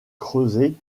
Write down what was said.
creusée